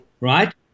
right